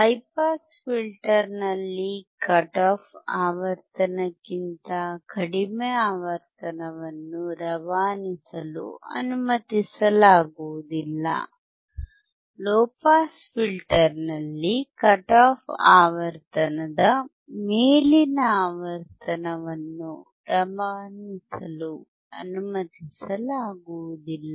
high pass ಫಿಲ್ಟರ್ನಲ್ಲಿ cut off ಆವರ್ತನಕ್ಕಿಂತ ಕಡಿಮೆ ಆವರ್ತನವನ್ನು ರವಾನಿಸಲು ಅನುಮತಿಸಲಾಗುವುದಿಲ್ಲ ಲೊ ಪಾಸ್ ಫಿಲ್ಟರ್ ನಲ್ಲಿ ಕಟ್ ಆಫ್ ಆವರ್ತನದ ಮೇಲಿನ ಆವರ್ತನವನ್ನು ರವಾನಿಸಲು ಅನುಮತಿಸಲಾಗುವುದಿಲ್ಲ